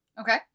Okay